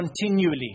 continually